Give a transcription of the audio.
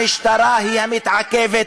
המשטרה היא המתעכבת,